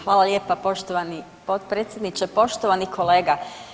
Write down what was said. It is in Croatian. Hvala lijepa poštovani potpredsjedniče, poštovani kolega.